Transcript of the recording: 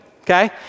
okay